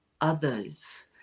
others